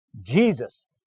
Jesus